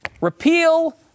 repeal